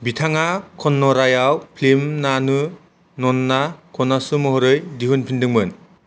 बिथाङा कन्नड़ायाव फिल्म 'नानू नन्ना कनासू' महरै दिहुनफिनदोंमोन